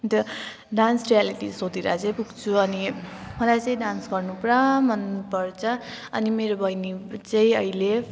त्यो dance reality सोतिर चाहिँ पुग्छु अनि मलाई चाहिँ डान्स गर्नु पुरा मनपर्छ अनि मेरो बैनी चाहिँ अहिले